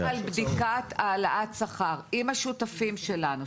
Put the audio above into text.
אנחנו מדברים על בדיקת העלאת שכר עם השותפים שלנו,